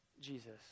Jesus